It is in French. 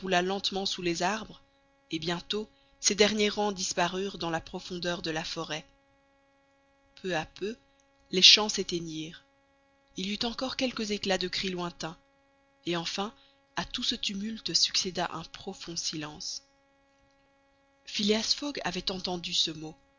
lentement sous les arbres et bientôt ses derniers rangs disparurent dans la profondeur de la forêt peu à peu les chants s'éteignirent il y eut encore quelques éclats de cris lointains et enfin à tout ce tumulte succéda un profond silence phileas fogg avait entendu ce mot